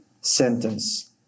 sentence